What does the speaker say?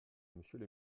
monsieur